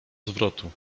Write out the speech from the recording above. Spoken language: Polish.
zwrotu